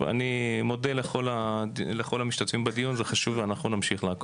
אני מבקש לפני הדיון, יש פה הרבה אנשים בזום.